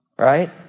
Right